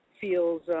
feels